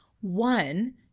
One